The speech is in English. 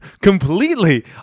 completely